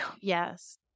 Yes